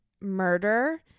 murder